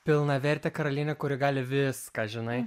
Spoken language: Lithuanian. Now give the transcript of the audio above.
pilnaverte karaliene kuri gali viską žinai